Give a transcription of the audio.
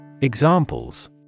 Examples